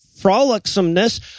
frolicsomeness